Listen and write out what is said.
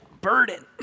burden